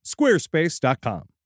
Squarespace.com